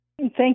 Thank